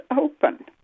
open